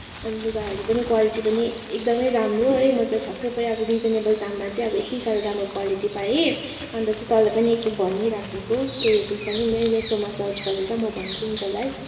अनि लुगाहरू पनि क्वालिटी पनि एकदमै राम्रो है म त छक्कै परेँ अब रिजनेबल दाममा चाहिँ अब यत्ति साह्रो राम्रो राम्रो क्वालिटी पाएँ अन्त चाहिँ तँलाई पनि एकखेप भनिराखेको तँ हेर्छस् भने मेरो मिसोमा सर्च गरेर म भन्छु नि तँलाई